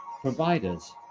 providers